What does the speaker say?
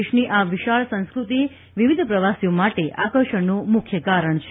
દેશની આ વિશાળ સંસ્કૃતિ વિવિધ પ્રવાસીઓ માટે આકર્ષણનું મુખ્ય કારણ છે